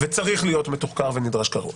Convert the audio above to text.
וצריך להיות מתוחקר כנדרש או כראוי.